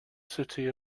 city